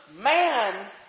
man